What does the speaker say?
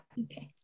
okay